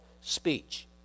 speech